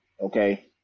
Okay